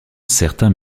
certains